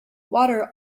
water